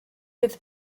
bydd